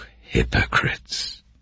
hypocrites